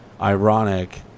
ironic